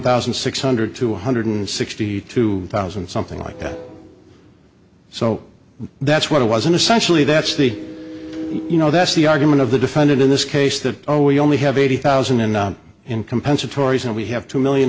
thousand six hundred to one hundred sixty two thousand something like that so that's what it was an essentially that's the you know that's the argument of the defendant in this case that oh we only have eighty thousand and in compensatory and we have two million